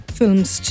films